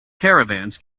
caravans